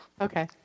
Okay